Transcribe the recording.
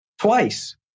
twice